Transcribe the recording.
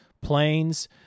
planes